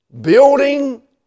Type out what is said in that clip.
building